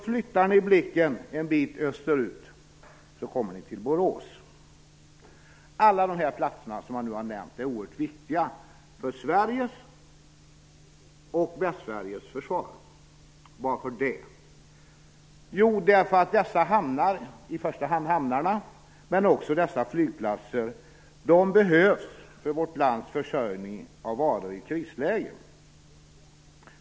Flyttar ni sedan blicken en bit österut, kommer ni till Borås. Alla de platser jag nu har nämnt, är oerhört viktiga för Sveriges och Västsveriges försvar. Varför är det så? Jo, det beror på att dessa hamnar, det är i första hand hamnarna jag tänker på, och dessa flygplatser behövs för vårt lands försörjning av varor i krisläge.